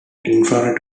infra